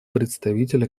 представителя